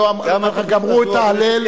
לא אומר לך גמרו את ההלל.